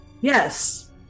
Yes